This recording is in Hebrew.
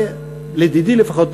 ולדידי לפחות,